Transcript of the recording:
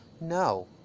No